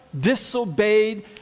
disobeyed